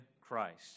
Christ